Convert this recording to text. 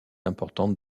importante